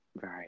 Right